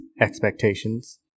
expectations